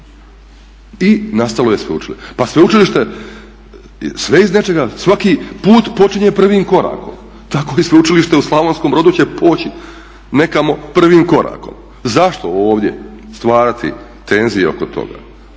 i nastalo je sveučilište. Pa sveučilište, sve iz nečega, svaki put počinje prvi korakom, tako i Sveučilište u Slavonskom Brodu će poći nekamo prvim korakom. Zašto ovdje stvarati tenzije oko toga,